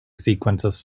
sequences